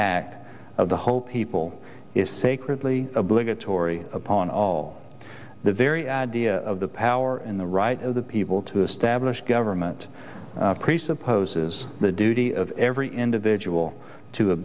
act of the whole people is sacred obligatory upon all the very idea of the power and the right of the people to establish government presupposes the duty of every individual to